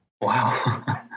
Wow